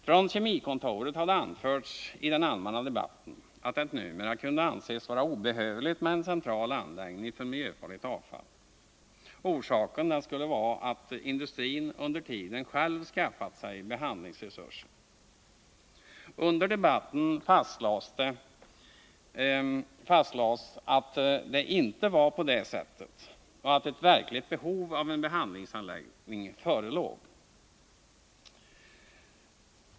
Från Kemikontoret hade det i den allmänna debatten anförts att det numera kunde anses att en central anläggning för miljöfarligt avfall är obehövlig. Orsaken skulle vara att industrin under tiden själv skaffat sig behandlingsresurser. Under debatten konstaterades att det inte förhöll sig på det sättet och att det förelåg ett verkligt behov av en behandlingsanläggning.